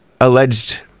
alleged